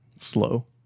Slow